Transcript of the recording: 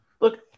look